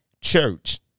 church